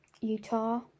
Utah